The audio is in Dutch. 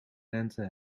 lente